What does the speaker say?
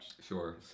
Sure